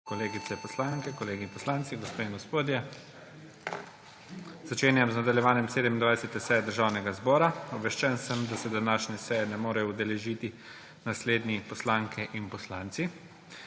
kolegice poslanke, kolegi poslanci, gospe in gospodje, začenjam z nadaljevanjem 27. seje Državnega zbora! Obveščen sem, da se današnje seje ne morejo udeležiti naslednji poslanke in poslanci: